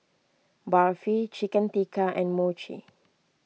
Barfi Chicken Tikka and Mochi